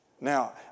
Now